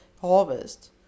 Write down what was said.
harvest